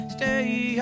Stay